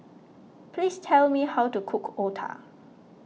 please tell me how to cook Otah